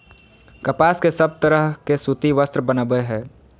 कपास से सब तरह के सूती वस्त्र बनय हय